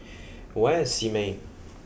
where is Simei